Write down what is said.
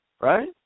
right